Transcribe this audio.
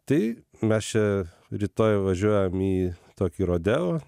tai mes čia rytoj važiuojam į tokį rodeo